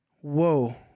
whoa